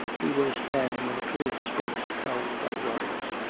he was standing in a cleared space, held by guards.